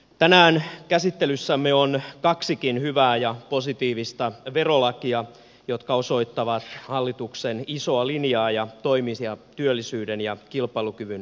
tänään käsittelyssämme on kaksikin hyvää ja positiivista verolakia jotka osoittavat hallituksen isoa linjaa ja toimimista työllisyyden ja kilpailukyvyn edistämiseksi